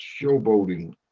showboating